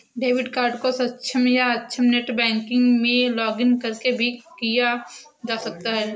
debit card को सक्षम या अक्षम नेट बैंकिंग में लॉगिंन करके भी किया जा सकता है